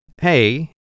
Hey